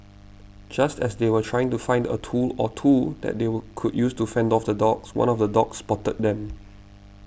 just as they were trying to find a tool or two that they would could use to fend off the dogs one of the dogs spotted them